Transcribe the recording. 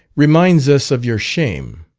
reminds us of your shame.